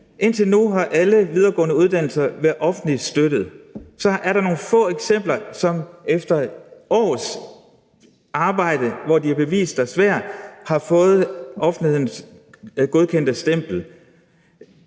Indtil nu har alle videregående uddannelser været offentligt støttede, og så er der nogle få eksempler på nogle, som efter års arbejde, hvor de har bevist deres værd, har fået offentlighedens godkendte stempel.